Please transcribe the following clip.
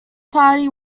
party